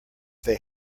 they